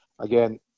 again